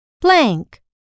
blank